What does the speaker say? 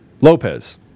Lopez